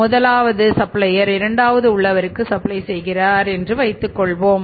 முதலாவது சப்ளையர் இரண்டாவது உள்ளவருக்கு சப்ளை செய்கிறார் என்று வைத்துக் கொள்வோம்